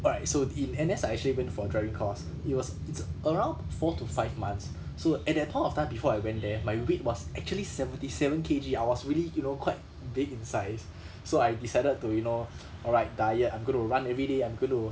alright so in N_S I actually went for driving course it was it's around four to five months so at that point of time before I went there my weight was actually seventy seven K_G I was really you know quite big in size so I decided to you know alright diet I'm going to run everyday I'm going to